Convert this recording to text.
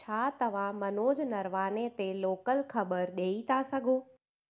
छा तव्हां मनोज नरवाने ते लोकल ख़बर ॾेई था सघो